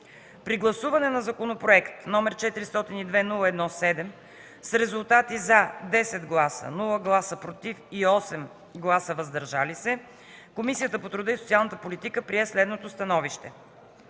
При гласуване на Законопроект, № 402-01-7, с резултати: „за” 10 гласа, без „против” и 8 гласа „въздържали се”, Комисията по труда и социалната политика прие следното становище: